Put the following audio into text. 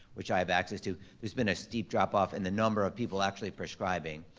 which i have access to, there's been a steep drop off in the number of people actually prescribing.